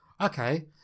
Okay